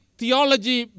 theology